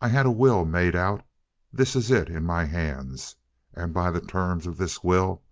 i had a will made out this is it in my hands and by the terms of this will